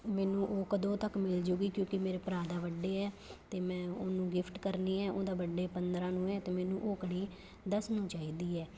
ਮੈਨੂੰ ਉਹ ਕਦੋਂ ਤੱਕ ਮਿਲ ਜਾਵੇਗੀ ਕਿਉਂਕਿ ਮੇਰੇ ਭਰਾ ਦਾ ਬਰਡੇ ਹੈ ਅਤੇ ਮੈਂ ਉਹਨੂੰ ਗਿਫਟ ਕਰਨੀ ਹੈ ਉਹਦਾ ਬਰਡੇ ਪੰਦਰਾਂ ਨੂੰ ਹੈ ਅਤੇ ਮੈਨੂੰ ਉਹ ਘੜੀ ਦਸ ਨੂੰ ਚਾਹੀਦੀ ਹੈ